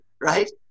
right